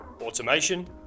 automation